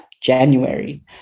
January